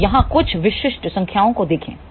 तो यहाँ कुछ विशिष्ट संख्याओं को देखें